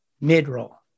mid-roll